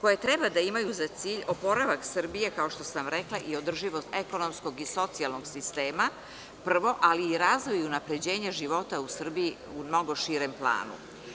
koje treba da imaju za cilj oporavak Srbije, kao što sam rekla, i održivost ekonomskog i socijalnog sistema, prvo, ali i razvoj i unapređenje života u Srbiji u mnogo širem planu.